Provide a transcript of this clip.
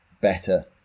better